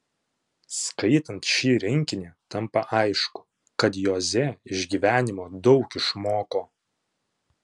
skaitant šį rinkinį tampa aišku kad joze iš gyvenimo daug išmoko